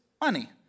money